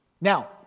Now